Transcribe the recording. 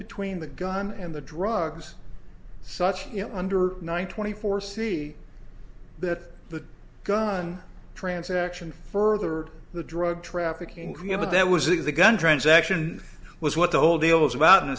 between the gun and the drugs such under nine twenty four see that the gun transaction further the drug trafficking given that was it the gun transaction was what the whole deal is about and